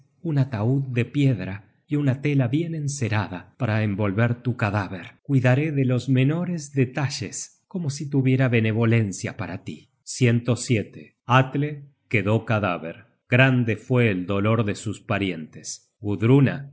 un ataud de piedra y una tela bien encerada para envolver tu cadáver cuidaré de los menores detalles como si tuviera benevolencia para tí atle quedó cadáver grande fue el dolor de sus parientes gudruna